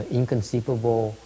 inconceivable